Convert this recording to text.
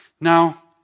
Now